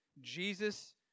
Jesus